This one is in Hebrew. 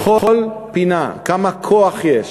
בכל פינה כמה כוח יש.